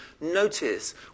notice